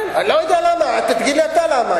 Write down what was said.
אני לא יודע למה, תגיד לי אתה למה.